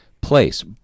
place